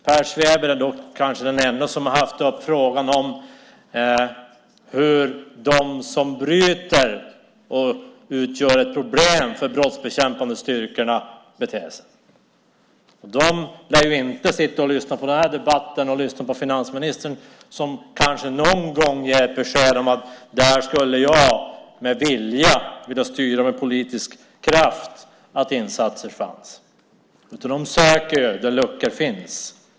Per Svedberg är kanske den ende som tagit upp frågan hur de som bryter mot lagen och utgör ett problem för de brottsbekämpande styrkorna beter sig. De lär inte sitta och lyssna på den här debatten och på finansministern, som kanske någon gång ger beskedet att han skulle vilja styra med politisk kraft så att det fanns insatser. De söker de luckor som finns.